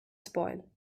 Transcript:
spoil